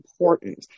important